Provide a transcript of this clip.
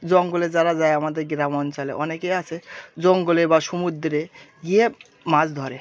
জঙ্গলে যারা যায় আমাদের গ্রাম অঞ্চলে অনেকে আছে জঙ্গলে বা সমুদ্রে গিয়ে মাছ ধরে